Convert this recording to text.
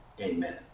amen